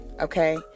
Okay